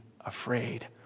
afraid